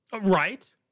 Right